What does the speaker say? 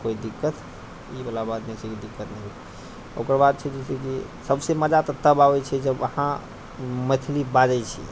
कोइ दिक्कत ई वला बात नहि छै कि दिक्कत नहि हौते आ ओकर बाद छै जैसे कि सभसँ मजा तऽ तब आबै छै जब अहाँ मैथिली बाजै छी